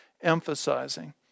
emphasizing